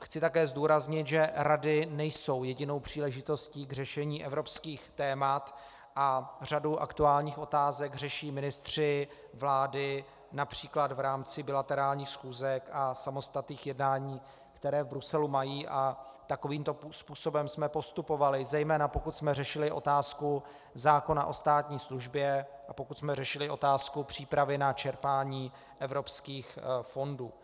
Chci také zdůraznit, že rady nejsou jedinou příležitostí k řešení evropských témat a řadu aktuálních otázek řeší ministři vlády např. v rámci bilaterálních schůzek a samostatných jednání, které v Bruselu mají, a takovýmto způsobem jsme postupovali, zejména pokud jsme řešili otázku zákona o státní službě, pokud jsme řešili otázku přípravy na čerpání evropských fondů.